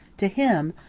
to him,